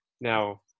Now